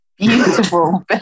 Beautiful